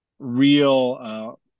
real